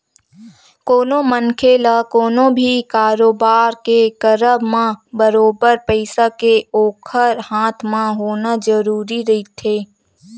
कोनो मनखे ल कोनो भी कारोबार के करब म बरोबर पइसा के ओखर हाथ म होना जरुरी रहिथे